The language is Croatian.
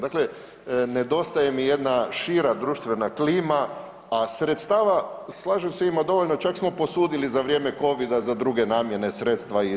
Dakle, nedostaje mi jedna šira društvena klima, a sredstava, slažem se ima dovoljno, čak smo posudili za vrijeme covida za druge namjene sredstva iz fonda.